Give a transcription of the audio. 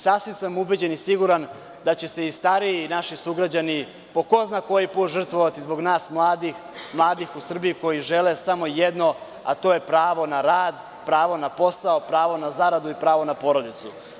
Sasvim sam ubeđen i siguran da će se i naši stariji sugrađani po ko zna koji put žrtvovati zbog nas mladih u Srbiji koji žele samo jedno, a to je pravo na rad, pravo na posao, pravo na zaradu i pravo na porodicu.